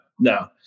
No